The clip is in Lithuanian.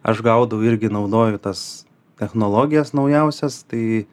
aš gaudau irgi naudoju tas technologijas naujausias tai